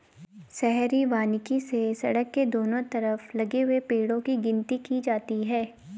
शहरी वानिकी से सड़क के दोनों तरफ लगे हुए पेड़ो की गिनती की जाती है